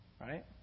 Right